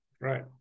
Right